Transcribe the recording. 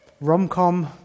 Rom-com